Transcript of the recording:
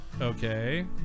Okay